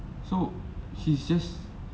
so he just